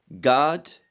god